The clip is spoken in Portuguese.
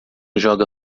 joga